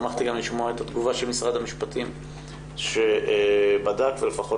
שמחתי גם לשמוע את התגובה של משרד המשפטים שבדק ולפחות